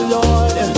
Lord